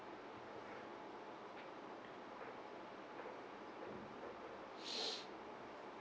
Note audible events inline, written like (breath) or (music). (breath)